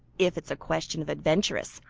if it's a question of adventuresses,